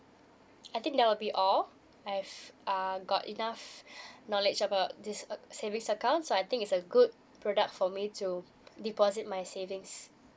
I think that will be all I have err got enough knowledge about this uh savings account so I think it's a good product for me to deposit my savings